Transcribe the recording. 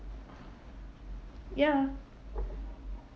ya